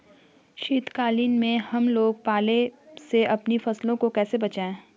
शीतकालीन में हम लोग पाले से अपनी फसलों को कैसे बचाएं?